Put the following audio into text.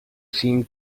seem